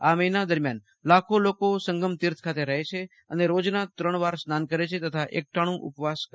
આ મહિના દરમિયાન લાખો લોકો સંગમ તીર્થ ખાતે રહે છે અને રોજના ત્રણવાર સ્નાન કરે છે તથા એક ટાણું કરીને ઉપવાસ રાખે છે